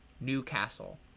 Newcastle